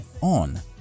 on